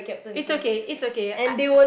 it's okay it's okay I